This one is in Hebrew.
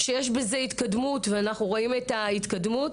יש בזה התקדמות ואנחנו רואים אותה.